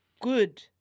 good